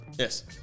Yes